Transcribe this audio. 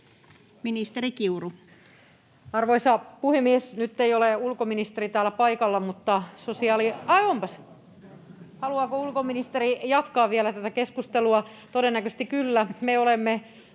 Ministeri Kiuru. Arvoisa puhemies! Nyt ei ole ulkoministeri täällä paikalla, mutta... [Eduskunnasta: Onhan!] — Ai onpas! Haluaako ulkoministeri jatkaa vielä tätä keskustelua? Todennäköisesti kyllä. — Me olemme